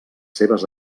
seves